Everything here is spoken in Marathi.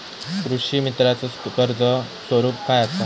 कृषीमित्राच कर्ज स्वरूप काय असा?